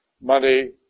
money